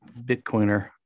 bitcoiner